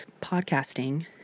podcasting